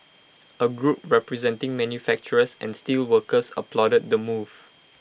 A group representing manufacturers and steelworkers applauded the move